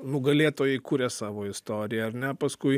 nugalėtojai kuria savo istoriją ar ne paskui